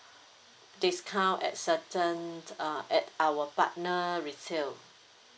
discount at certain uh at our partner retail